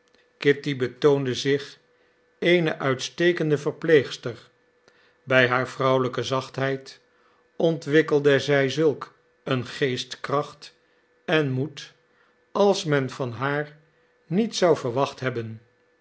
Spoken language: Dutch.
kitty betoonde zich eene uitstekende verpleegster bij haar vrouwelijke zachtheid ontwikkelde zij zulk een geestkracht en moed als men van haar niet zou verwacht hebben